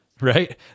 right